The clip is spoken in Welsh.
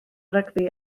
rygbi